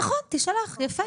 נכון, תשלח, יפה.